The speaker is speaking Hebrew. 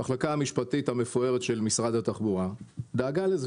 המחלקה המשפטית המפוארת של משרד התחבורה דאגה לכך